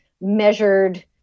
measured